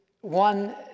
one